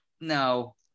no